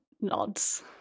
nods